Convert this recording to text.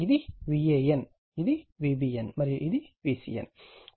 ఇది VAN ఇది VBN మరియు ఇది VCN